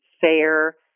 fair